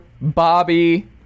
bobby